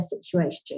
situation